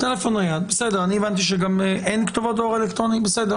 אין כתובות דואר אלקטרוני, בסדר.